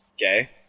Okay